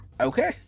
Okay